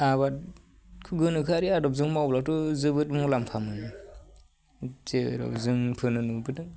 आबादखौ गोनोखोयारि आदबजों मावब्लाथ' जोबोद मुलाम्फा मोनो जेराव जोंफोरनो नुबोदों